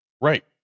right